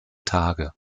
tage